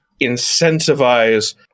incentivize